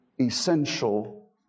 essential